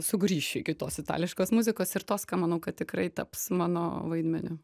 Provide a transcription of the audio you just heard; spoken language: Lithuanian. sugrįšiu iki tos itališkos muzikos ir toska manau kad tikrai taps mano vaidmeniu